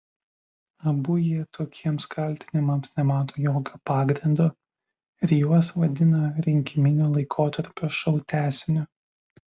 abu jie tokiems kaltinimams nemato jokio pagrindo ir juos vadina rinkiminio laikotarpio šou tęsiniu